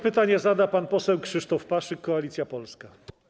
Pytanie zada pan poseł Krzysztof Paszyk, Koalicja Polska.